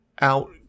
out